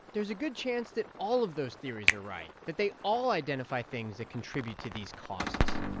there's a good chance that all of those theories are right, that they all identify things that contribute to these costs.